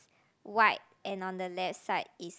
white and on the left side is